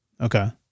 Okay